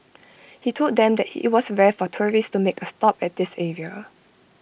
he told them that he IT was rare for tourists to make A stop at this area